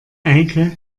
eike